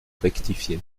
rectifié